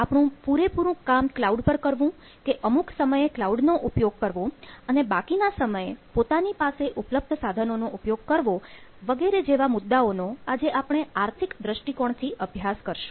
આપણું પૂરેપૂરું કામ ક્લાઉડ પર કરવું કે અમુક સમયે ક્લાઉડ નો ઉપયોગ કરવો અને બાકીના સમયે પોતાની પાસે ઉપલબ્ધ સાધનોનો ઉપયોગ કરવો વગેરે જેવા મુદ્દાઓ નો આજે આપણે આર્થિક દૃષ્ટિકોણથી અભ્યાસ કરશું